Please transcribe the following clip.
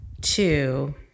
two